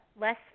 less